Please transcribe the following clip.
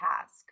task